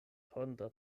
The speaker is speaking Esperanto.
tondra